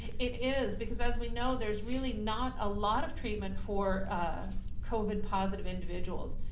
it is because as we know there's really not a lot of treatment for a covid positive individuals.